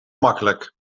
makkelijk